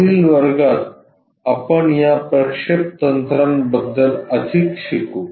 पुढील वर्गात आपण या प्रक्षेप तंत्रांबद्दल अधिक शिकू